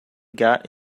got